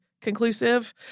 conclusive